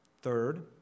Third